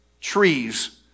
trees